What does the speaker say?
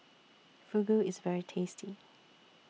Fugu IS very tasty